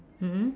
mmhmm